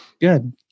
Good